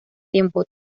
tiempo